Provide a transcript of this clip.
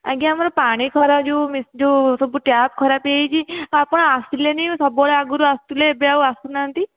ଆଜ୍ଞା ଆମର ପାଣି ଖରାପ ଯେଉଁ ଯେଉଁ ସବୁ ଟ୍ୟାପ୍ ଖରାପ ହୋଇଯାଇଛି ଆପଣ ଆସିଲେନି ସବୁବେଳେ ଆଗରୁ ଆସୁଥିଲେ ଏବେ ଆଉ ଆସୁନାହାନ୍ତି